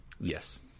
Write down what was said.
Yes